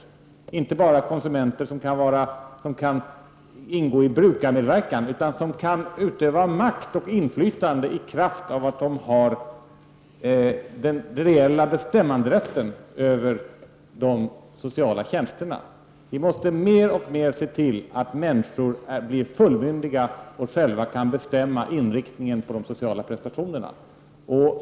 De skall inte bara vara konsumenter som kan delta i brukarmedverkan, utan de skall kunna utöva makt och inflytande i kraft av att de har den reella bestämmanderätten över de sociala tjänsterna. Vi måste alltmer se till att människor blir fullmyndiga och själva kan bestämma inriktningen på de sociala prestationerna.